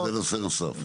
שזה נושא נוסף.